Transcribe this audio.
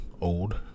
old